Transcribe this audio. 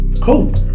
Cool